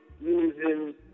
using